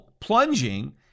plunging